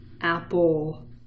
Apple